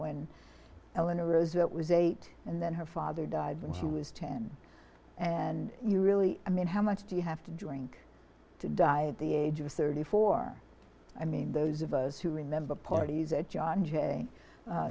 when eleanor roosevelt was eight and then her father died when she was ten and you really i mean how much do you have to drink to die at the age of thirty four i mean those of us who remember parties at john j